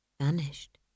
vanished